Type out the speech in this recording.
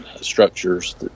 structures